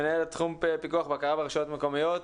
מנהלת תחום פיקוח ובקרה ברשויות המקומיות.